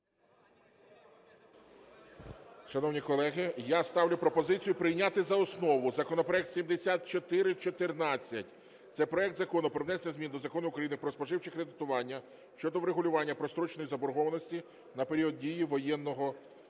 Шановні колеги, я ставлю пропозицію прийняти за основу законопроект 7414. Це проект Закону про внесення змін до Закону України "Про споживче кредитування" щодо врегулювання простроченої заборгованості на період дії воєнного,